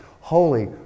Holy